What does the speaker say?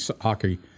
hockey